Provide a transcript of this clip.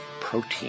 Protein